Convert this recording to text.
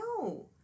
no